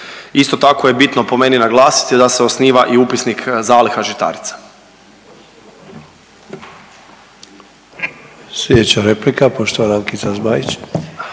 Isto tako je bitno po meni naglasiti da se osniva i upisnik zaliha žitarica.